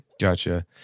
Gotcha